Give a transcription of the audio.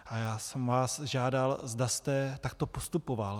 A já jsem vás žádal, zda jste takto postupoval.